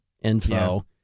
info